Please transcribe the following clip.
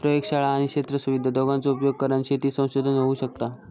प्रयोगशाळा आणि क्षेत्र सुविधा दोघांचो उपयोग करान शेती संशोधन होऊ शकता